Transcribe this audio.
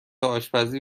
آشپزی